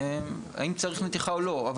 האם צירך נתיחה או לא.